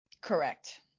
Correct